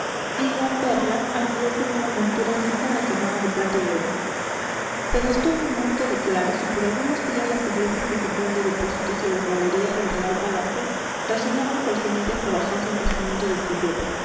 y la perla anidó con una montura fina recamada de plata y oro se gastó un monte de claros y por algunos días las iglesias que servían de depósitos y las galerías del real palacio resonaban cual si en ellas trabajase un regimiento de